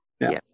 Yes